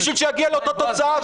-- בשביל שיגיע לאותה תוצאה.